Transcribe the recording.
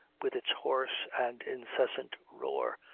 with its hoarse and incessant roar,